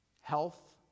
Health